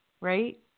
right